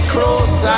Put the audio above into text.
Close